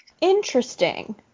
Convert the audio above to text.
Interesting